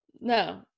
no